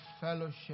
fellowship